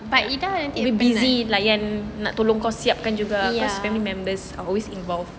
will be busy layan nak tolong kau siapkan juga cause family members are always involved